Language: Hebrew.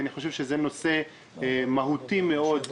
כי אני חושב שזה נושא מהותי מאוד.